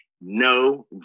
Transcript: no